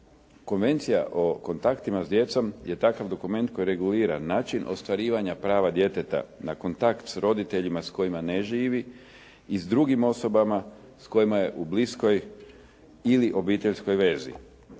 Konvencija o kontaktima s djecom je takav dokument koji regulira način ostvarivanja prava djeteta na kontakt s roditeljima s kojima ne živi i s drugim osobama s kojima je u bliskoj ili obiteljskoj vezi.